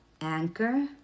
Anchor